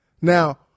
Now